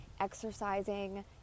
exercising